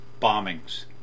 bombings